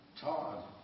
Todd